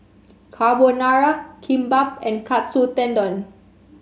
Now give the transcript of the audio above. Carbonara Kimbap and Katsu Tendon